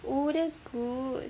oh that's good